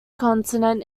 continent